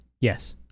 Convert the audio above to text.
Yes